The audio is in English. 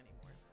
anymore